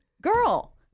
girl